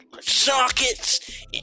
sockets